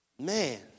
man